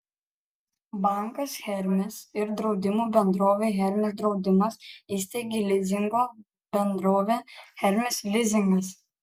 bankas hermis ir draudimo bendrovė hermis draudimas įsteigė lizingo bendrovę hermis lizingas